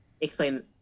explain